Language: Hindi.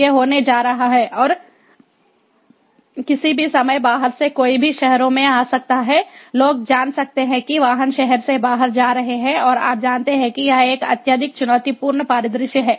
ये होने जा रहे हैं और किसी भी समय बाहर से कोई भी शहरों में आ सकता है लोग जान सकते हैं कि वाहन शहर से बाहर जा रहे हैं और आप जानते हैं कि यह एक अत्यधिक चुनौतीपूर्ण परिदृश्य है